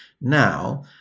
now